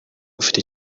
ufite